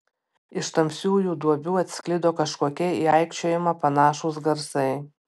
iš tamsiųjų duobių atsklido kažkokie į aikčiojimą panašūs garsai